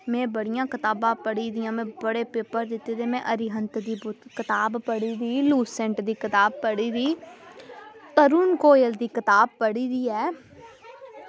में बड़ियां कताबां पढ़ी दियां बड़े पेपर दित्ते दे में में अरिहंत दी कताब पढ़ी दी में लूसेंट दी कताब पढ़ी दी तरूण गोयल दी कताब पढ़ी दी ऐ